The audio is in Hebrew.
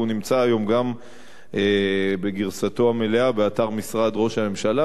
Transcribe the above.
הוא גם נמצא היום בגרסתו המלאה באתר משרד ראש הממשלה,